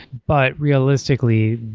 but, realistically,